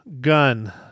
Gun